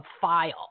file